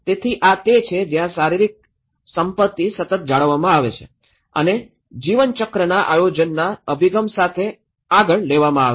તેથી આ તે છે જ્યાં શારીરિક સંપત્તિ સતત જાળવવામાં આવે છે અને જીવનચક્રના આયોજનના અભિગમ સાથે આગળ લેવામાં આવે છે